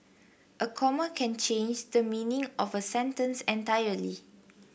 a comma can change the meaning of a sentence entirely